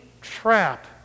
trap